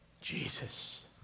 Jesus